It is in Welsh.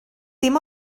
dim